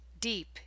deep